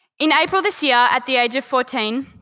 in april this year, at the age of fourteen,